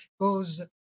goes